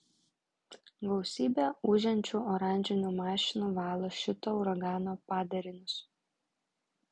gausybė ūžiančių oranžinių mašinų valo šito uragano padarinius